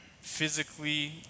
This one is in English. physically